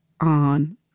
on